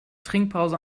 trinkpause